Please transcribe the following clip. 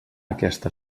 aquesta